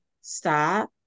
stop